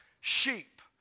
Sheep